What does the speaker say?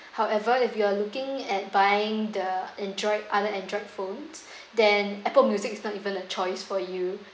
however if you are looking at buying the android other android phones then Apple music is not even a choice for you